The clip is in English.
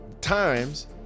times